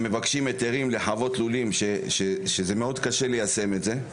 הם מבקשים היתרים לחוות לולים שמאוד קשה ליישם את זה.